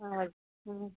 ஆ ஓக் ம்ம்